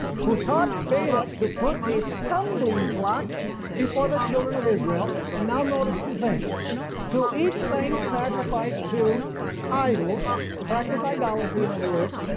who taught balak to put a stumbling block before the children of israel, and now notice two things to eat things sacrificed to idols, to practice idolatry in other words,